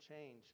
change